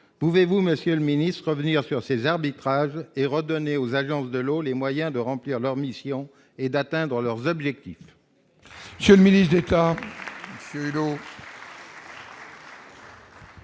pouvez-vous, Monsieur le Ministre, venir sur ses arbitrages et redonner aux agences de l'eau, les moyens de remplir leur mission est d'atteindre leurs objectifs.